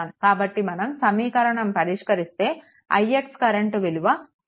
కాబట్టి మన సమీకరణం పరిష్కరిస్తే ix కరెంట్ విలువ 1